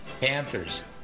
Panthers